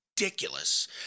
Ridiculous